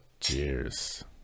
Cheers